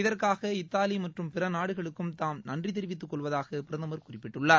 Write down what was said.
இதற்காக இத்தாலிமற்றும் பிறநாடுகளுக்கும் தாம் நன்றிதெரிவித்துக் கொள்வதாகபிரதமர் குறிப்பிட்டுள்ளார்